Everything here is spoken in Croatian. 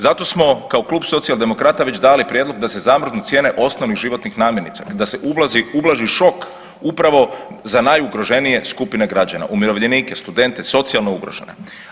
Zato smo kao Klub socijaldemokrata već dali prijedlog da se zamrznu cijene osnovnih životnih namirnica, da se ublaži šok upravo za najugroženije skupine građana, umirovljenike, studente, socijalno ugrožene.